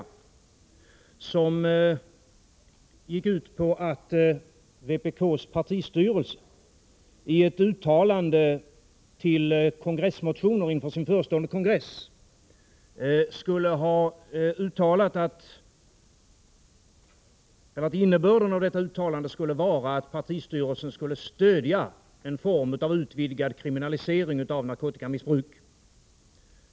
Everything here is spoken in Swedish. Hans inlägg gick ut på att vpk:s partistyrelse i ett yttrande över motioner till vpk:s förestående kongress skulle ha gjort ett uttalande som innebar att partistyrelsen stödde en form av utvidgad kriminalisering av narkotikamissbruk.